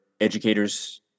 educators